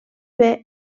fer